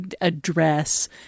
address